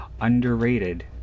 underrated